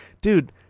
Dude